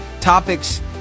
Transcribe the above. topics